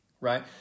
right